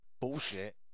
bullshit